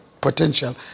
potential